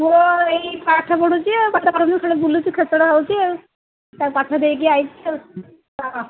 ପୁଅ ଏଇ ପାଠ ପଢ଼ୁଛି ଆଉ ପାଠ ପଢ଼ନ୍ତୁ ସେଠି ବୁଲୁଛି ଖେଚଡ଼ ହେଉଛି ଆଉ ତାକୁ ପାଠ ଦେଇକି ଆଇଛି ଆଉ ହଁ